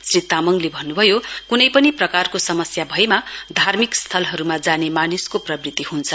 श्री तामङले भन्न्भयो क्नै पनि प्रकारको समस्या भएमा धार्मिक स्थलहरूमा जाने मानिसको प्रवृत्ति ह्न्छ